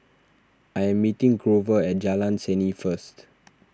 I am meeting Grover at Jalan Seni first